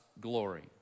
glory